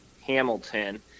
Hamilton